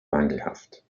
mangelhaft